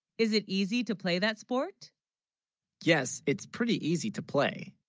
is it easy to play that sport yes it's pretty easy to play,